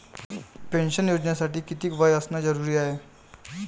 Pension योजनेसाठी कितीक वय असनं जरुरीच हाय?